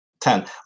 Ten